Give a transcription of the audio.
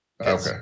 Okay